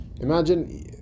Imagine